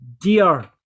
dear